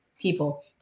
people